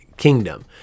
kingdom